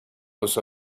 los